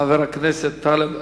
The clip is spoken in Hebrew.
חבר הכנסת טלב אלסאנע.